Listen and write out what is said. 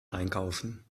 einkaufen